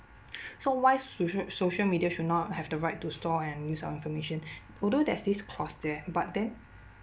so why socia~ social media should not have the right to store and use our information although there's this clause there but then